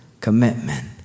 commitment